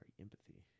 empathy